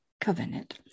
covenant